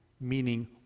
meaning